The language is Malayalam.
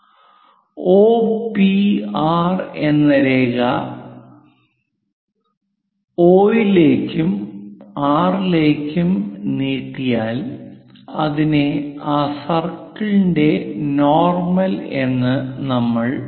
O P R എന്ന രേഖ O ലേക്കും R ലേക്കും നീട്ടിയാൽ അതിനെ ആ സർക്കിളിന്റെ നോർമൽ എന്ന് നമ്മൾ